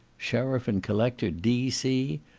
sh'ff and collector, d c.